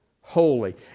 holy